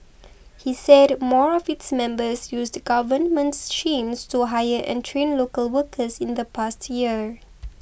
he said more of its members used government to hire and train local workers in the past year